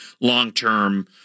long-term